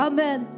Amen